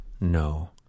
No